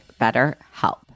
BetterHelp